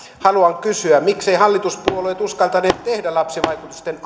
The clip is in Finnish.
haluan kysyä mikseivät hallituspuolueet uskaltaneet tehdä lapsivaikutusten